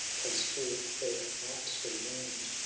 pace forth their nightly round.